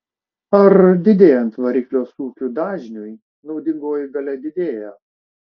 ar didėjant variklio sūkių dažniui naudingoji galia didėja